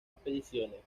expediciones